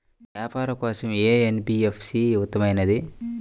వ్యాపారం కోసం ఏ ఎన్.బీ.ఎఫ్.సి ఉత్తమమైనది?